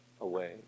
away